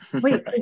wait